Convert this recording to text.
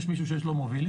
יש מישהו שיש לו מובילים,